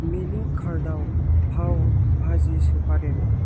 menu कार्डाव पाव भाजि सोफादेर